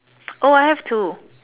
oh I have two